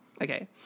Okay